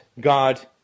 God